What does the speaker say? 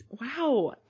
wow